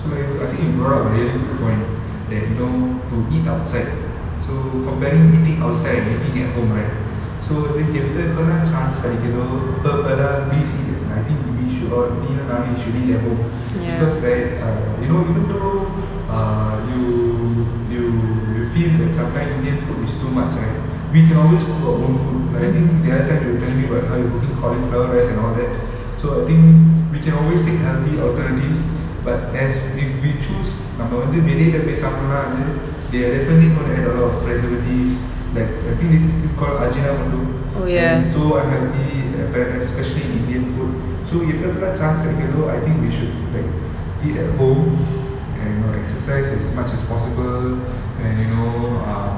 so like I think you brought up a very good point that you know to eat outside so comparing eating outside and eating at home right so எப்பப்பலாம் சான்ஸ்கிடைக்குதோ அப்பபலாம்:eppapalam chance kidakutho appapalam please eat and I think maybe should all dinner நீயும்நானும் should eat at home because right err you know even though err you you you feel like sometimes indian food is too much right we can always cook our own food like I think the other time you were telling me about how you cooking cauliflower rice and all that so I think we can always take healthy alternatives but as if we choose எப்பப்பலாம் சான்ஸ்கிடைக்குதோ:eppapalam chance kidaikutho they are definitely gonna add a lot of preservatives like I think this call and it's so unhealthy appar~ especially indian food so I think we should like eat at home and know exercise as much as possible and you know um